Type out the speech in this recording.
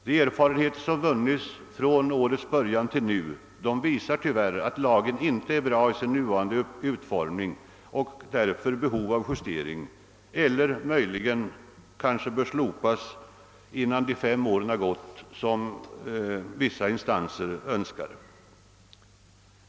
De erfarenheter som vunnits från årets början tills nu visar tyvärr att lagen inte är lyckad i sin nuvarande utformning och därför är i behov av justering eller möjligen bör slopas innan de fem åren har gått, som vissa instanser önskar.